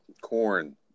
corn